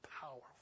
powerful